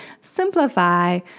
simplify